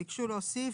ביקשו להוסיף,